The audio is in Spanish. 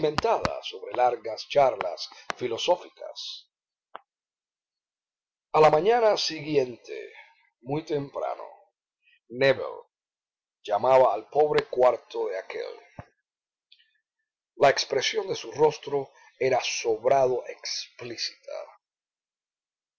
sobre largas charlas filosóficas a la mañana siguiente muy temprano nébel llamaba al pobre cuarto de aquél la expresión de su rostro era sobrado explícita